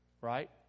right